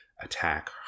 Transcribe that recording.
attack